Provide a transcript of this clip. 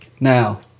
Now